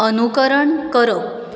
अनुकरण करप